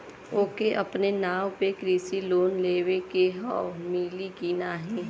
ओके अपने नाव पे कृषि लोन लेवे के हव मिली की ना ही?